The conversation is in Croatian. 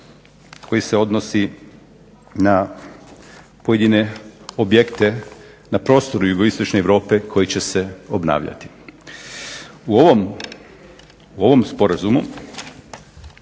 koji se odnosi na pojedine objekte na prostoru jugoistočne Europe koji će se obnavljati. U ovom sporazumu